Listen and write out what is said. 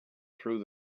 through